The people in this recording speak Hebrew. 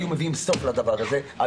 תכף ארחיב- -- שמענו פה את הגנים.